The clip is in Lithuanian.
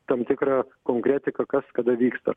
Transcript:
tam tikrą konkretiką kas kada vyksta